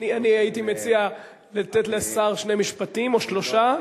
אני הייתי מציע לתת לשר לומר שני משפטים או שלושה,